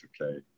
okay